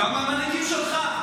גם המנהיגים שלך.